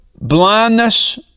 blindness